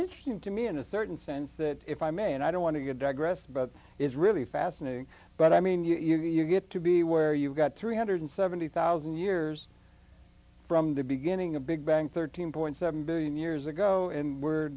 interesting to me in a certain sense that if i may and i don't want to digress but is really fascinating but i mean you're you get to be where you've got three hundred and seventy thousand years from the beginning a big bang thirteen billion seven hundred million years ago and w